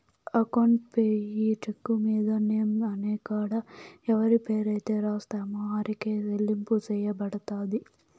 account payee cheque మీద name అనే కాడ ఎవరి పేరైతే రాస్తామో ఆరికే సెల్లింపు సెయ్యబడతది